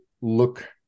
look